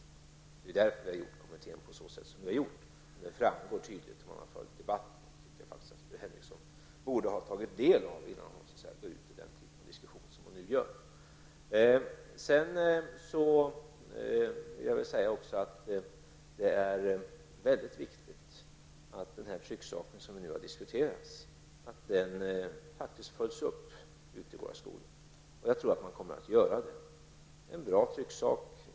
Det är därför som kommittén har fått den sammansättning den fått. Detta har framgått tydligt om man har följt debatten. Jag anser att fru Henriksson borde ta del av den debatten innan hon ger sig in i diskussion på det sätt hon nu gör. Det är mycket viktigt att den trycksak som nu har diskuterats följs upp ute i våra skolor, och jag tror att man kommer att göra detta. Det är en bra trycksak.